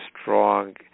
strong